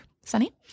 Sunny